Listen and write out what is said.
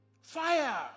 Fire